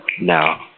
No